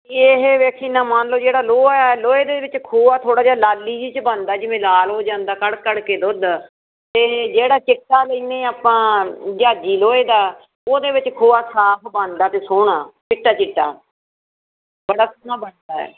ਇਹ ਵੇਖੀ ਨਾ ਮੰਨ ਲਓ ਜਿਹੜਾ ਲੋਹਾ ਲੋਹੇ ਦੇ ਵਿੱਚ ਖੋਆ ਥੋੜ੍ਹਾ ਜਿਹਾ ਲਾਲੀ ਜੀ 'ਚ ਬਣਦਾ ਜਿਵੇਂ ਲਾਲ ਹੋ ਜਾਂਦਾ ਕੜ ਕੜ ਕੇ ਦੁੱਧ ਅਤੇ ਜਿਹੜਾ ਚਿੱਟਾ ਲੈਂਦੇ ਆ ਆਪਾਂ ਜਾਜੀ ਲੋਹੇ ਦਾ ਉਹਦੇ ਵਿੱਚ ਖੋਆ ਸਾਫ਼ ਬਣਦਾ ਅਤੇ ਸੋਹਣਾ ਚਿੱਟਾ ਚਿੱਟਾ ਪ੍ਰੋਡਕਟ ਨਾਲ ਬਣਦਾ ਏ